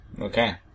Okay